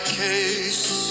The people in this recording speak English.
case